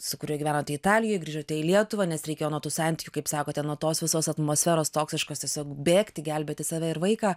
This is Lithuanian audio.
su kuriuo gyvenote italijoj grįžote į lietuvą nes reikėjo nuo tų santykių kaip sakote nuo tos visos atmosferos toksiškos tiesiog bėgti gelbėti save ir vaiką